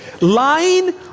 Lying